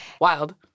Wild